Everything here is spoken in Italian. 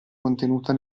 contenuta